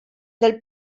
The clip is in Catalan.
del